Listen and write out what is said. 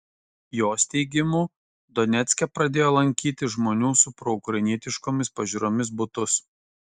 jos teigimu donecke pradėjo lankyti žmonių su proukrainietiškomis pažiūromis butus